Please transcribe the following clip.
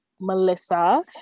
melissa